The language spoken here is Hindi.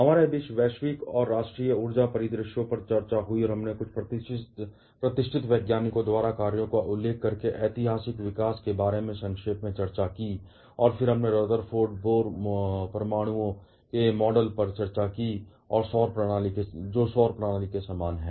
हमारे बीच वैश्विक और राष्ट्रीय ऊर्जा परिदृश्यों पर चर्चा हुई और हमने कुछ प्रतिष्ठित वैज्ञानिकों द्वारा कार्यों का उल्लेख करके ऐतिहासिक विकास के बारे में संक्षेप में चर्चा की और फिर हमने रदरफोर्ड बोह्र परमाणुओं के मॉडल पर चर्चा की जो सौर प्रणाली के समान है